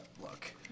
look